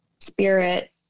spirit